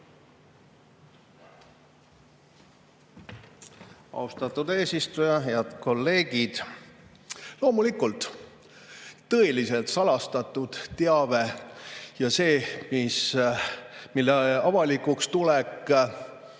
Austatud eesistuja! Head kolleegid! Loomulikult, tõeliselt salastatud teave ja see, mille avalikuks tulek